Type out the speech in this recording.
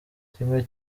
kimwe